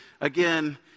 again